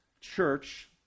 church